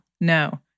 no